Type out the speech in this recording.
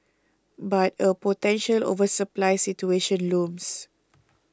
but a potential oversupply situation looms